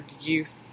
youth